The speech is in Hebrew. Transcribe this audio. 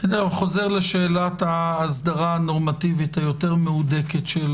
חוזר לשאלת ההסדרה הנורמטיבית היותר מהודקת של